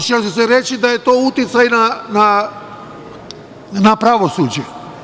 Da li će se reći da je to uticaj na pravosuđe?